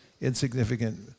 insignificant